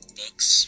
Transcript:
books